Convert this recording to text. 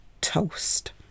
toast